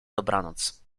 dobranoc